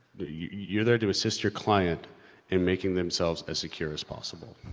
you're there to assist your client in making themselves as secure as possible.